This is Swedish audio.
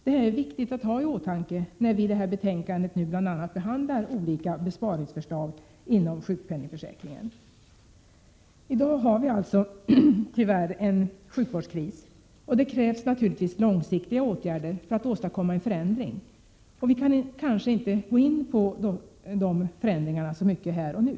Det här är viktigt att ha i åtanke, när vi i samband med det här betänkandet nu bl.a. behandlar olika besparingsförslag inom sjukpenningförsäkringen. I dag har vi alltså tyvärr en sjukvårdskris. Det krävs naturligtvis långsiktiga åtgärder för att åstadkomma en förändring, och vi kan kanske inte gå in på dessa förändringar så mycket här och nu.